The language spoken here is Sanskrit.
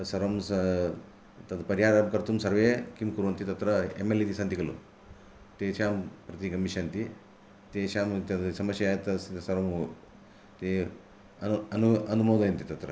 तत् सर्वं परिहारं कर्तुं सर्वे किं कुर्वन्ति तत्र एम् एल् ए इति सन्ति खलु तेषां प्रति गमिष्यन्ति तेषां समस्यां सर्वम् ते अनु अनु अनुमोदयन्ति तत्र